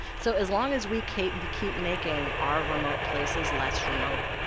so as long as we keep but keep making our remote places less remote,